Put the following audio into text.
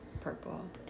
Purple